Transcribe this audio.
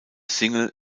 single